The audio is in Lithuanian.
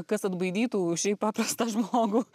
kas atbaidytų šiaip paprastą žmogų